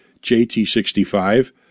JT65